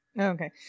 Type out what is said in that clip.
Okay